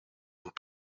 vous